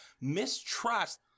mistrust